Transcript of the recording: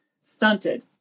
stunted